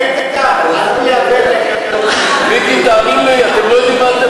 איתן, מיקי, תאמין לי, אתם לא יודעים מה אתם